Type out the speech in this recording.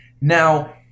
Now